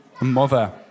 Mother